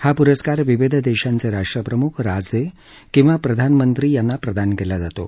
हा पुरस्कार विविध देशांचे राष्ट्रप्रमुख राजे किंवा प्रधानमंत्री यांना प्रदान केला जातो